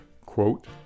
quote